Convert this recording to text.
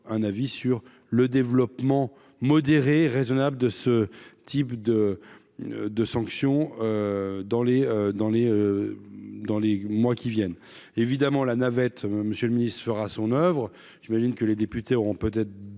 un avis sur le développement modéré raisonnables de ce type de de sanctions dans les dans les, dans les mois qui viennent, évidemment, la navette, monsieur le Ministre fera son oeuvre, j'imagine que les députés auront peut-être